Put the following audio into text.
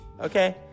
okay